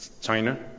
China